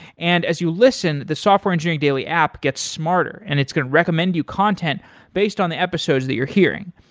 and as you listen, the software engineering daily app gets smarter and it's going to recommend you content based on the episodes that you're hearing.